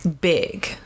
big